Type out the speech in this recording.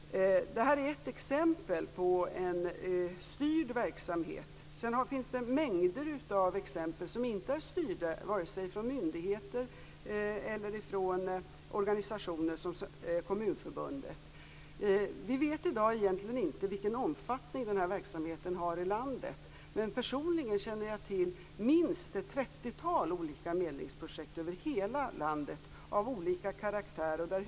Det här är ett exempel på en styrd verksamhet. Men det finns också mängder av exempel som inte är styrda vare sig av myndigheter eller av organisationer som Kommunförbundet. Vi vet i dag inte vilken omfattning verksamheten har i landet. Men personligen känner jag till minst ett 30-tal olika medlingsprojekt av olika karaktär över hela landet.